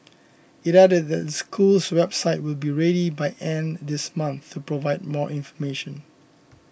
it added that the school's website will be ready by end this month to provide more information